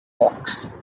vox